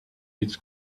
its